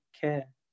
care